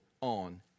on